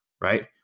right